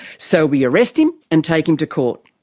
so we arrest him and take him to court.